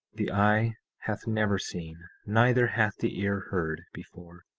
the eye hath never seen, neither hath the ear heard, before,